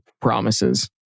promises